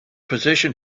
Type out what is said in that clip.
position